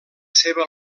seva